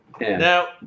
Now